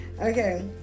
Okay